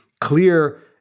clear